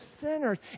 sinners